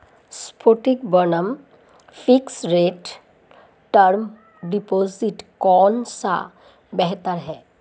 Floating बनाम fixed rate term deposit कौन सा बेहतर है?